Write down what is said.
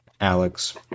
Alex